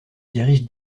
dirige